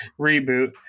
reboot